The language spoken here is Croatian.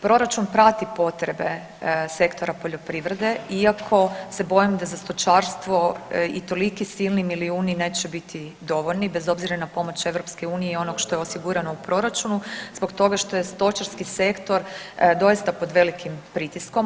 Proračun prati potrebe sektora poljoprivrede iako se bojim da se stočarstvo i toliki silni milijuni neće biti dovoljni bez obzira na pomoć Europske unije i onom što je osigurano u proračunu zbog toga što je stočarski sektor doista pod velikim pritiskom.